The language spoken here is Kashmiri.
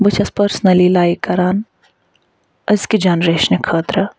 بہٕ چھَس پٔرسنلی لایک کران أزکہ جَنریشنہ خٲطرٕ